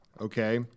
Okay